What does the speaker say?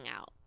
out